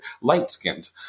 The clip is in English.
light-skinned